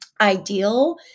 ideal